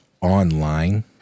online